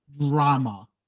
drama